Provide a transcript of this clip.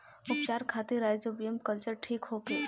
उपचार खातिर rhizobium culture ठीक होखे?